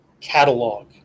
catalog